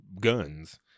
guns